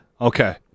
Okay